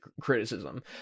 criticism